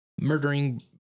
murdering